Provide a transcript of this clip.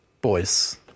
boys